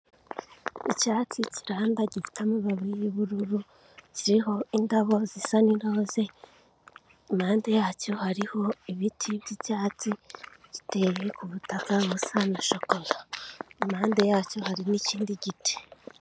Icyatsi kiranda gifite amababi y'ubururu, kiriho indabo zisa n'iroze, impande yacyo hariho ibiti by'icyatsi, giteye ku butaka busa na shokora. Impande yacyo hari n'ikindi giti.